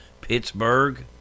Pittsburgh